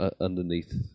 underneath